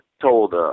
told